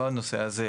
לא הנושא הזה,